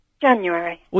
January